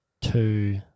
Two